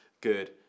good